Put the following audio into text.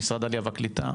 משרד העלייה והקליטה,